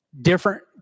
different